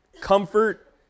comfort